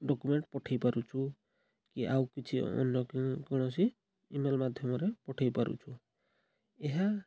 document ପଠାଇ ପାରୁଛୁ କି ଆଉ କିଛି ଅନ୍ୟ କୌଣସି ଇ ମେଲ୍ ମାଧ୍ୟମରେ ପଠାଇ ପାରୁଛୁ ଏହା